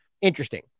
interesting